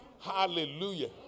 Hallelujah